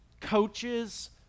coaches